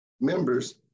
members